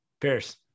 pierce